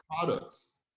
products